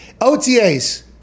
OTAs